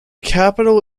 capital